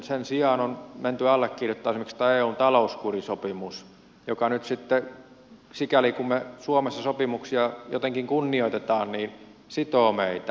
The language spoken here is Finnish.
sen sijaan on menty allekirjoittamaan esimerkiksi tämä eun talouskurisopimus joka nyt sitten sikäli kuin me suomessa sopimuksia jotenkin kunnioitamme sitoo meitä